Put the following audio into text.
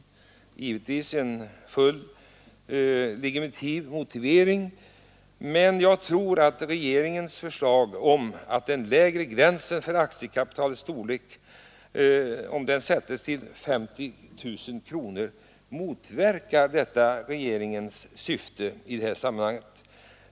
Det är givetvis en fullt legitim motivering, men jag tror att regeringens syfte i detta sammanhang motverkas, om gränsen sätts vid 50 000.